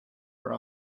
are